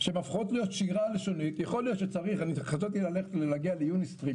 יכול להיות שצריך חשבתי להגיע ליוניסטרים,